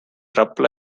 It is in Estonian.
rapla